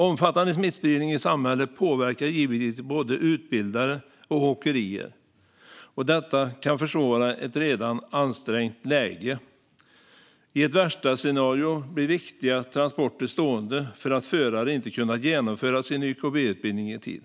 Omfattande smittspridning i samhället påverkar givetvis både utbildare och åkerier, och detta kan försvåra ett redan ansträngt läge. I ett värsta scenario blir viktiga transporter stående för att förare inte kunnat genomföra sin YKB-utbildning i tid.